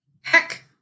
Heck